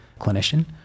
clinician